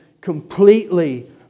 completely